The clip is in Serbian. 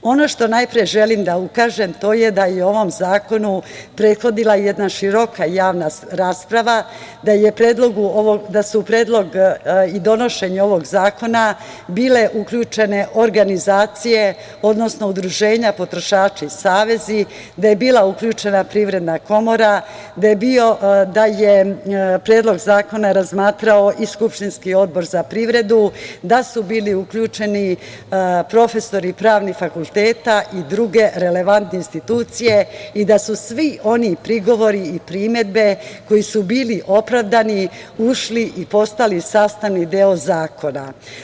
Ono što najpre želim da ukažem, to je da je u ovom zakonu prethodila jedna široka javna rasprava, da su u predlog i donošenje ovog zakona bile uključene organizacije, odnosno udruženja potrošača i savezi, da je bila uključena Privredna komora, da je predlog zakona razmatrao i skupštinski Odbor za privredu, da su bili uključeni profesori pravnih fakulteta i druge relevantne institucije i da su svi oni prigovori i primedbe, koji su bili opravdani, ušli i postali sastavni deo zakona.